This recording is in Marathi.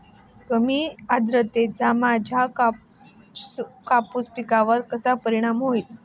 कमी आर्द्रतेचा माझ्या कापूस पिकावर कसा परिणाम होईल?